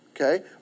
Okay